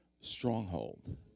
stronghold